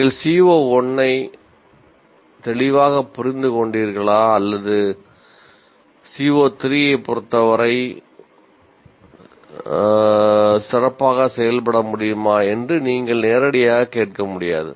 நீங்கள் CO1 ஐ தெளிவாக புரிந்து கொண்டீர்களா அல்லது CO3 ஐப் பொறுத்து சிறப்பாக செயல்பட முடியுமா என்று நீங்கள் நேரடியாக கேட்க முடியாது